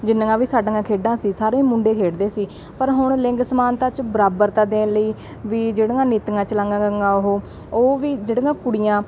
ਜਿੰਨੀਆਂ ਵੀ ਸਾਡੀਆਂ ਖੇਡਾਂ ਸੀ ਸਾਰੇ ਮੁੰਡੇ ਖੇਡਦੇ ਸੀ ਪਰ ਹੁਣ ਲਿੰਗ ਸਮਾਨਤਾ 'ਚ ਬਰਾਬਰਤਾ ਦੇਣ ਲਈ ਵੀ ਜਿਹੜੀਆਂ ਨੀਤੀਆਂ ਚਲਾਈਆਂ ਗਈਆਂ ਉਹ ਉਹ ਵੀ ਜਿਹੜੀਆਂ ਕੁੜੀਆਂ